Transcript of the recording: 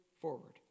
forward